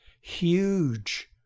huge